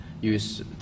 use